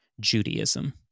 judaism